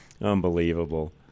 unbelievable